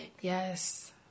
Yes